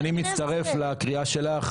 אני מצטרף לקריאה שלך.